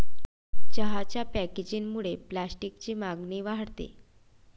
चहाच्या पॅकेजिंगमुळे प्लास्टिकची मागणी वाढते